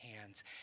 hands